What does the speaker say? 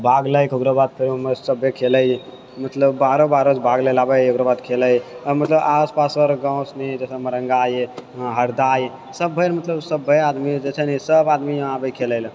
भाग लेइके ओकरो बाद ओहिमे सभे खेलैया मतलब बाहरो बाहरोसँ भाग लेइले आबैया ओकरो बाद खेलैया आओर मतलब आस पासरे गाँवसँ भी जइसे मरङ्गा यहऽ हरदा यहऽ सभे मतलब सभे आदमी जेछै नि सभ आदमी यहाँ आबैया खेलैले